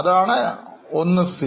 അതാണ് ഒന്ന് c